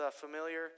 familiar